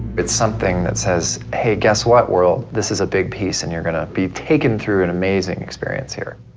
it's something that says, hey, guess what, world. this is a big piece, and you're gonna be taken through an amazing experience here.